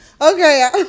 Okay